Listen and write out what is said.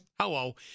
hello